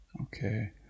Okay